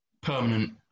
permanent